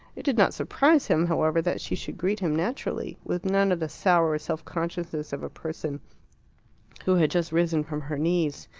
it did not surprise him, however, that she should greet him naturally, with none of the sour self-consciousness of a person who had just risen from her knees.